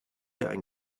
ein